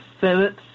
Senate